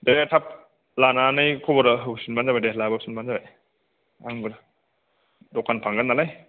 दे थाब लानानै खबरा होफिनबानो जाबाय दे लाबोफिनबानो जाबाय आंबो दखान फांगोन नालाय